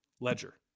ledger